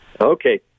Okay